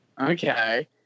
okay